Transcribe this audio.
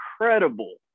incredible